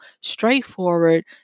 straightforward